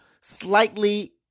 slightly